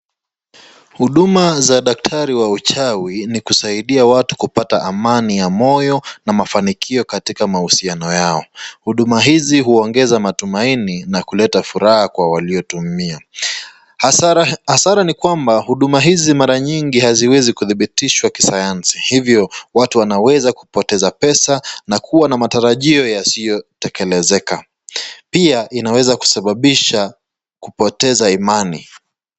Huduma za daktari wa uchawi ni kusaidia watu kupata amani ya moyo na mafanikio katika mahusiano yao. Huduma hizi huongeza matumaini na kuleta furaha kwa walioitumia. Hasara ni kwamba huduma hizi mara nyingi haziwezi kudhibitishwa kisayansi, hivyo watu wanaweza kupoteza pesa na kuwa na matarajio yasiyotekelezeka. Pia, inaweza kusababisha kupoteza imani.